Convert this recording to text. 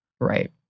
right